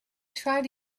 tried